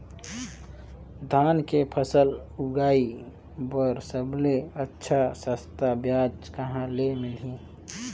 धान के फसल उगाई बार सबले अच्छा सस्ता ब्याज कहा ले मिलही?